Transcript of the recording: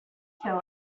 fell